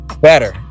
better